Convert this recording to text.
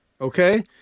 okay